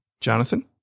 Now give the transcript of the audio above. Jonathan